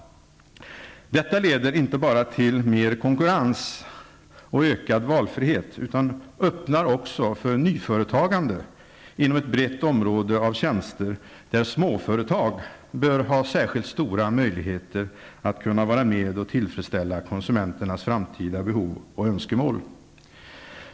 Detta leder inte bara till mer konkurrens och ökad valfrihet, utan öppnar också för nyföretagande inom ett brett område av tjänster där småföretag bör ha särskilt stora möjligheter att kunna vara med och tillfredställa konsumenternas framtida behov och önskemål.